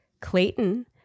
Clayton